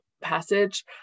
passage